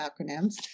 acronyms